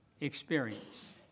experience